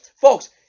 folks